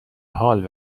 حال